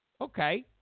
okay